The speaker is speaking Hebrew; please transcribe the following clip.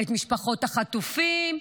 את משפחות החטופים.